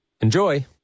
Enjoy